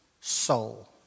Soul